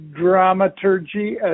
dramaturgy